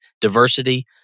diversity